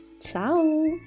Ciao